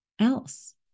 else